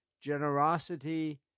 generosity